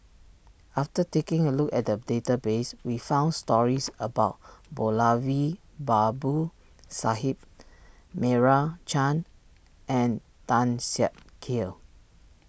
after taking a look at the database we found stories about Moulavi Babu Sahib Meira Chand and Tan Siak Kew